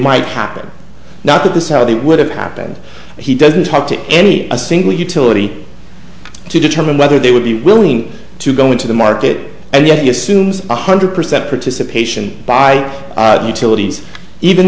might happen not that this how they would have happened he doesn't talk to any a single utility to determine whether they would be willing to go into the market and yet you assumes one hundred percent participation by utilities even